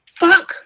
fuck